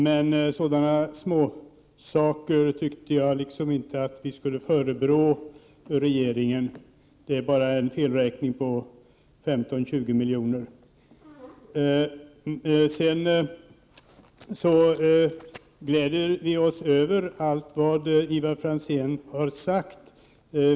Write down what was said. Men sådana ”småsaker” tyckte jag inte att vi skulle förebrå regeringen. Det är bara en felräkning på 15—20 miljoner. Sedan gläder vi oss över allt vad Ivar Franzén har sagt.